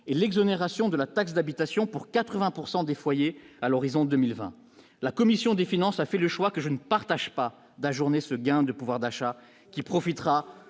et l'exonération de la taxe d'habitation pour 80 pourcent des foyers à l'horizon 2020 la commission des finances a fait le choix que je ne partage pas d'ajourner ce gain de pouvoir d'achat qui profitera